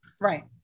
right